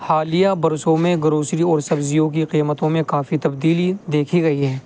حالیہ برسوں میں گروسری اور سبزیوں کی قیمتوں میں کافی تبدیلی دیکھی گئی ہے